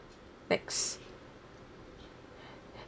next